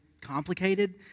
complicated